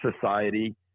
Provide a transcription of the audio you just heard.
society